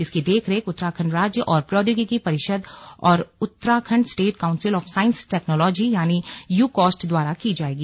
इसकी देखरेख उत्तराखण्ड राज्य और प्रौद्योगिकी परिषद और Uttarakhand state council of science technology यानि यूकॉस्ट द्वारा की जायेगी